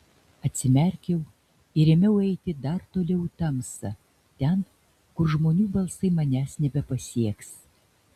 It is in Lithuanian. atsimerkiau ir ėmiau eiti dar toliau į tamsą ten kur žmonių balsai manęs nebepasieks